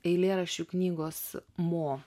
eilėraščių knygos mo